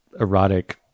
erotic